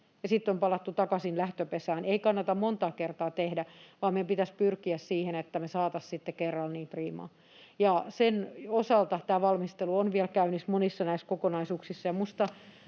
ja sitten on palattu takaisin lähtöpesään — ja näitä ei kannata monta kertaa tehdä, vaan meidän pitäisi pyrkiä siihen, että me saataisiin sitten kerralla priimaa. Ja sen osalta tämä valmistelu on vielä käynnissä monissa näissä kokonaisuuksissa.